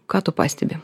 ką tu pastebi